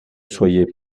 soyez